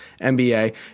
NBA